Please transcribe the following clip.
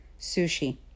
sushi